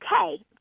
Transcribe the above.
okay